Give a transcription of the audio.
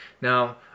now